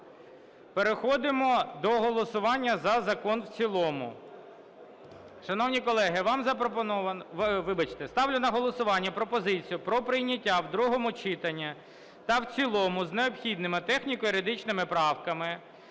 Переходимо до голосування за закон в цілому. Шановні колеги, вам запропоновано… Вибачте, ставлю на голосування пропозицію про прийняття в другому читанні та в цілому, з необхідними техніко-юридичними правками,